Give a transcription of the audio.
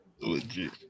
Legit